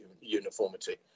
uniformity